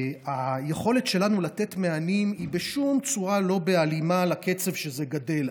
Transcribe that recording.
והיכולת שלנו לתת מענים היא בשום צורה לא בהלימה לקצב שזה גדל.